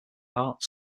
arts